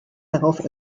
darauf